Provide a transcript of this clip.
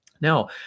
now